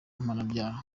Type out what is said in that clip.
mpanabyaha